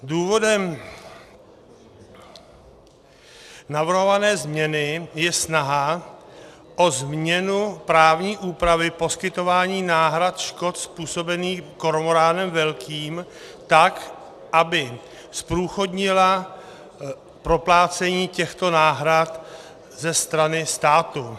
Důvodem navrhované změny je snaha o změnu právní úpravy poskytování náhrad škod způsobených kormoránem velkým tak, aby zprůchodnila proplácení těchto náhrad ze strany státu.